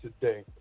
today